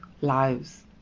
lives